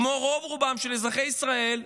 כמו רוב-רובם של אזרחי ישראל,